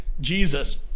Jesus